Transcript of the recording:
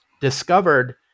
discovered